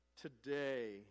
today